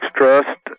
trust